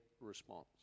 response